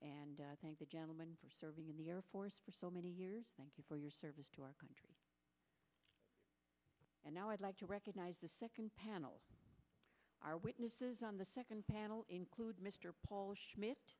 and thank the gentleman for serving in the air force for so many years thank you for your service to our country and now i'd like to recognize the second panel our witnesses on the second panel include mr paul schmidt